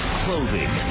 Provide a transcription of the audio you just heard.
clothing